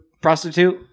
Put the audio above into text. prostitute